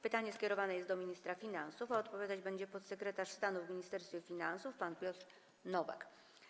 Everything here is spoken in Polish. Pytanie skierowane jest do ministra finansów, a odpowiadać będzie podsekretarz stanu w Ministerstwie Finansów pan Piotr Nowak.